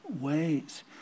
ways